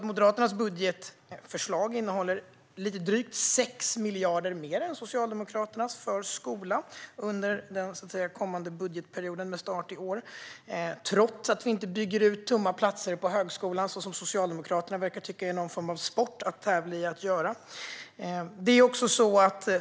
Moderaternas budgetförslag innehåller lite drygt 6 miljarder mer än Socialdemokraternas till skolan under den kommande budgetperioden med start i år, trots att vi inte bygger ut tomma platser på högskolan, vilket Socialdemokraterna verkar tycka är en form av sport att tävla i.